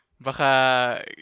Baka